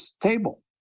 table